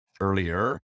earlier